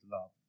love